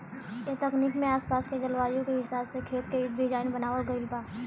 ए तकनीक में आस पास के जलवायु के हिसाब से खेत के डिज़ाइन बनावल गइल बा